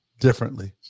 differently